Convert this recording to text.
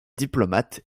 diplomate